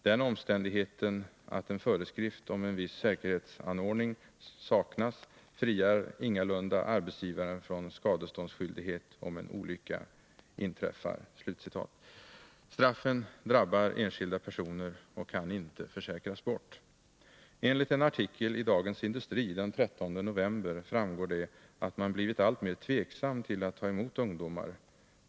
Den omständigheten att en föreskrift om en viss säkerhetsanordning saknas friar ingalunda arbetsgivaren från skadeståndsskyldighet, om en olycka inträffar. Straffen drabbar enskilda personer och kan inte försäkras bort. Enligt en artikel i Dagens Industri den 13 november framgår det att man blivit alltmer tveksam till att ta emot ungdomar.